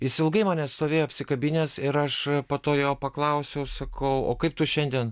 jis ilgai mane stovėjo apsikabinęs ir aš po to jo paklausiau sakau o kaip tu šiandien